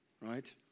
right